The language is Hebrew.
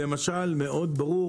זה מאוד ברור,